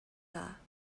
are